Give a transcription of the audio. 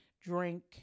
drink